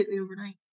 Overnight